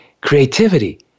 creativity